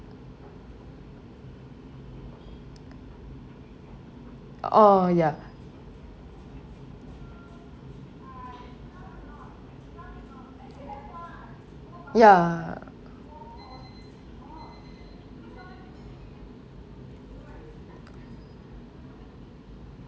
oh ya ya